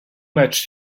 matches